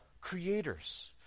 creators